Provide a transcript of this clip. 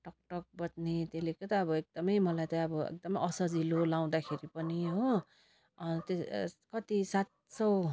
टकटक बज्ने त्यसले क्या त अब एकदमै मलाई त अब एकदम असजिलो लाउँदाखेरि पनि हो त्यो कति सात सय